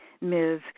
Ms